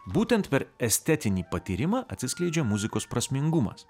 būtent per estetinį patyrimą atsiskleidžia muzikos prasmingumas